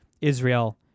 Israel